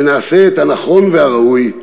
ונעשה את הנכון והראוי,